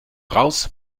raus